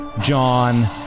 John